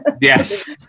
Yes